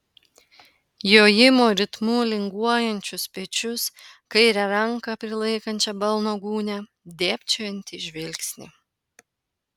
jojimo ritmu linguojančius pečius kairę ranką prilaikančią balno gūnią dėbčiojantį žvilgsnį